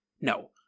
No